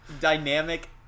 dynamic